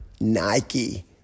Nike